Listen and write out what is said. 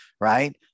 right